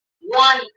One